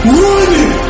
running